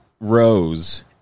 Rose